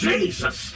Jesus